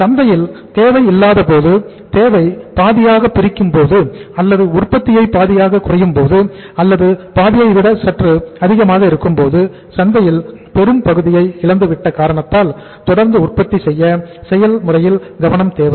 சந்தையில் தேவை இல்லாதபோது தேவை பாதியாக பிரிக்கும்போது அல்லது உற்பத்தி பாதியாக குறையும்போது அல்லது பாதியை விட சற்று அதிகமாக இருக்கும்போது சந்தையில் பெரும் பகுதியை இழந்து விட்ட காரணத்தால் தொடர்ந்து உற்பத்தி செயல் முறையில் கவனம் தேவை